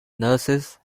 nurses